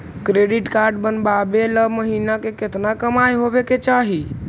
Credit card बनबाबे ल महीना के केतना कमाइ होबे के चाही?